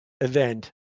event